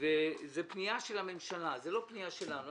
זו פנייה של הממשלה, זו לא פנייה שלנו.